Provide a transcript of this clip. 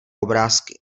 obrázky